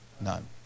None